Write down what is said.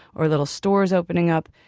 or little stores opening up.